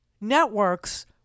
networks